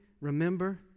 remember